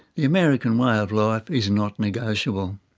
the american way of life is not negotiable.